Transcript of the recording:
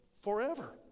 forever